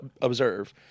observe